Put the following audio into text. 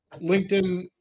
LinkedIn